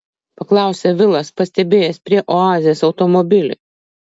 paklausė vilas pastebėjęs prie oazės automobilį